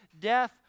death